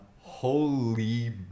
Holy